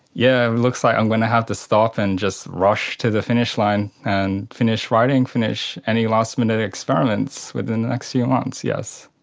yeah it looks like i'm going to have to stop and just rush to the finish line and finish writing, finish any last-minute experiments within the next few months, yes.